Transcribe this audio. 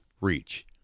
reach